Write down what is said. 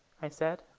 i said.